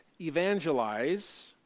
evangelize